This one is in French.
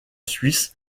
suisse